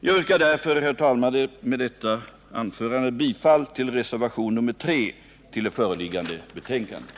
Med detta anförande yrkar jag, herr talman, bifall till reservationen 3 till det föreliggande betänkandet.